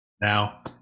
Now